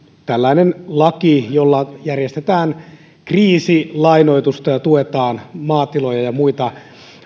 tällainen laki jolla järjestetään kriisilainoitusta ja tuetaan maatiloja ja muita